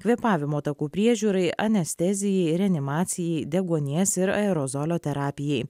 kvėpavimo takų priežiūrai anestezijai reanimacijai deguonies ir aerozolio terapijai